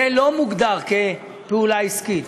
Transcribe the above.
זה לא מוגדר פעולה עסקית.